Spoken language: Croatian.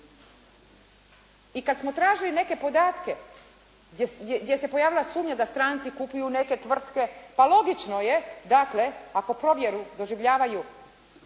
I kada smo tražili neke podatke, gdje se pojavila sumnja da stranci kupuju neke tvrtke, pa logično je dakle, ako provjeru doživljavaju